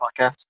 podcast